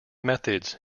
methods